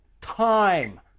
time